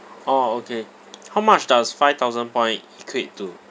orh okay how much does five thousand point equate to